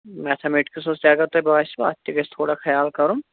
میتھامیٹِکٕسَس تہِ اَگر تۄہہِ باسیٚو اَتھ تہِ گَژھِ تھوڑا خیال کَرُن